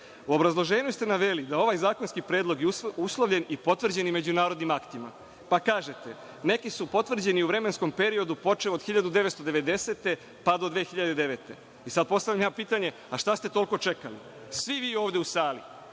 obrazloženju ste naveli da je ovaj zakonski predlog uslovljen i potvrđen međunarodnim aktima. Pa kažete – neki su potvrđeni i u vremenskom periodu počev od 1990. pa do 2009. E, sad postavljam ja pitanje – a šta ste toliko čekali? Svi vi ovde u sali,